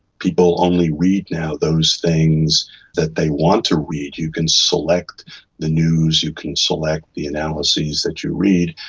people only read now those things that they want to read. you can select the news, you can select the analyses that you read,